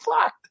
fucked